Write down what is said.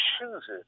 chooses